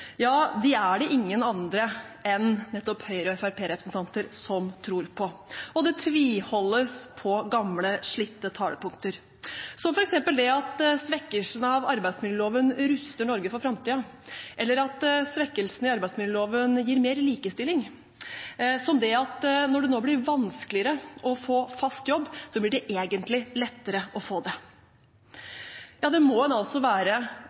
ja, de er det ingen andre enn nettopp Høyre- og Fremskrittsparti-representanter som tror på. Og det tviholdes på gamle, slitte talepunkter, som f.eks. at svekkelsen av arbeidsmiljøloven ruster Norge for framtiden, at svekkelsen i arbeidsmiljøloven gir mer likestilling, og at når det nå blir vanskeligere å få fast jobb, blir det egentlig lettere å få det. Ja, det må en altså være